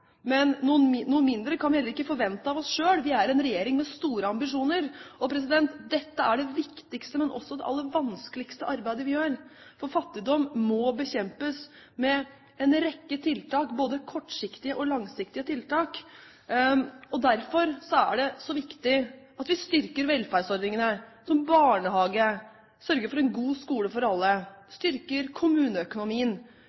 men noe mindre kan vi heller ikke forvente av oss selv – vi er en regjering med store ambisjoner. Dette er det viktigste, men også det aller vanskeligste arbeidet vi gjør, for fattigdom må bekjempes med en rekke tiltak – både kortsiktige og langsiktige tiltak. Derfor er det så viktig at vi styrker velferdsordningene, som barnehage, sørger for en god skole for